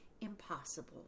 impossible